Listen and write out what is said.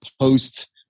post